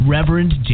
Reverend